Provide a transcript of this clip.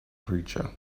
creature